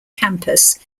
campus